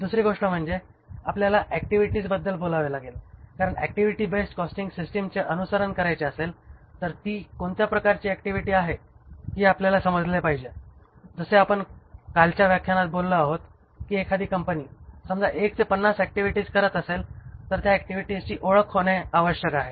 दुसरी गोष्ट म्हणजे आपल्याला ऍक्टिव्हिटीजबद्दल बोलावे लागेल कारण जर ऍक्टिव्हिटी बेस्ड कॉस्टिंग सिस्टिमचे अनुसरण करायचे असेल तर ती कोणत्या प्रकारची ऍक्टिव्हिटी आहे हि आपल्याला समजले पाहिजे जसे आपण कालच्या व्याख्यानात बोललो आहोत कि एखादी कंपनी समजा 1 ते 50 ऍक्टिव्हिटीज करत असेल तर त्या ऍक्टिव्हिटीजची ओळख होणे आवश्यक आहे